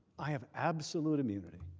i've absolute immunity.